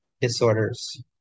disorders